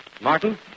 Martin